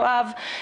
יואב,